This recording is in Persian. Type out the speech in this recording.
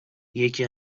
یکی